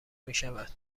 میشود